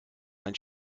ein